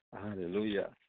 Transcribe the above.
Hallelujah